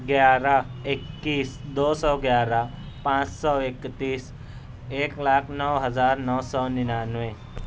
گیارہ اکیس دو سو گیارہ پانچ سو اکتیس ایک لاکھ نو ہزار نو سو ننانوے